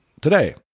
today